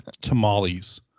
tamales